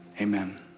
Amen